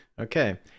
okay